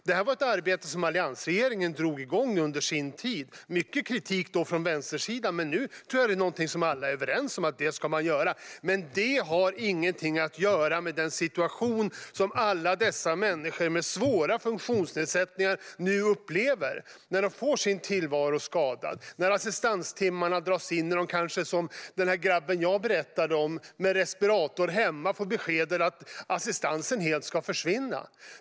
Det var ett arbete som alliansregeringen drog igång under sin tid. Det fick då mycket kritik från vänstersidan. Nu tror jag att det är någonting som alla är överens om att man ska göra. Det har ingenting att göra med den situation som alla dessa människor med svåra funktionsnedsättningar nu upplever när de får tillvaro skadad och assistanstimmarna dras in. Jag berättade om grabben med respirator hemma som fick beskedet att assistansen helt ska försvinna.